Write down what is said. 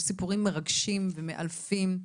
יש סיפורים מרגשים ומאלפים.